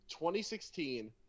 2016